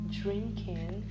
drinking